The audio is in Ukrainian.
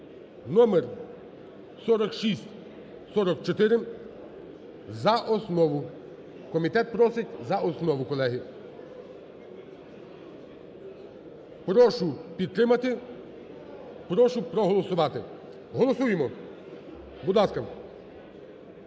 (номер 4644) за основу. Комітет просить за основу, колеги. Прошу підтримати, прошу проголосувати. Голосуємо, будь ласка.